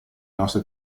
nostre